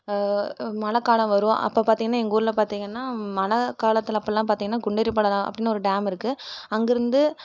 மழை காலம் வரும் அப்போ பார்த்திங்கனா எங்கள் ஊரில் பார்த்திங்கனா மழை காலத்தில் அப்போல்லாம் பார்த்திங்கன்னா குன்னிரிபடராவ் அப்படின்னு ஒரு டேம் இருக்குது அங்கேருந்து